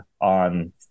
on